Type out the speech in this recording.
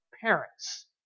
parents